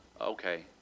Okay